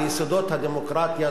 על יסודות הדמוקרטיה,